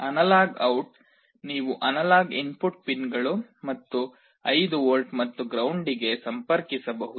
analogue out ನೀವು analogue input ಪಿನ್ಗಳು ಮತ್ತು 5 ವೋಲ್ಟ್ ಮತ್ತು ಗ್ರೌಂಡಿಗೆ ಸಂಪರ್ಕಿಸಬಹುದು